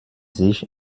sich